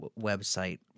website